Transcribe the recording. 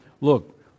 look